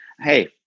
hey